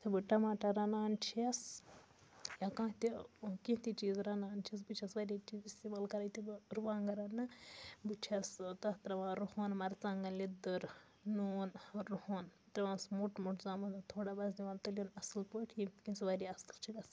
یُتھُے بہٕ ٹماٹر رَنان چھَس یا کانٛہہ تہِ کینٛہہ تہِ چیٖز رَنان چھَس بہٕ چھَس واریاہ چیٖز استعمال کَران یُتھُے بہٕ رُوانٛگَن رَنہٕ بہٕ چھَس تَتھ ترٛاوان رۄہَن مرژٕوانٛگَن لیٚدٔر نوٗن رۄہَن ترٛاوان سُہ موٚٹ موٚٹ زامُت دۄد تھوڑا بَس دِوان تٔلیُن اَصٕل پٲٹھۍ یٔمۍ کِنۍ سُہ واریاہ اَصٕل چھِ گژھان